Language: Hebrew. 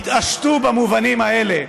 יתעשתו במובנים האלה,